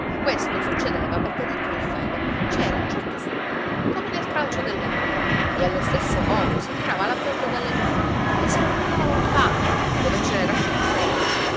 questo succedeva perché dentro il filo ci era un certo succo come nel tralcio della vite e allo stesso modo si tirava la pioggia dalle nuvole e se la portava lontano dove ce n'era più di bisogno